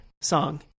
song